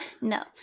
no